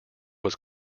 was